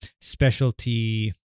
specialty